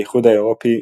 האיחוד האירופי,